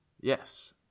yes